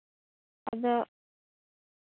ᱟᱫᱚ